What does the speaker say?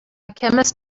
chemist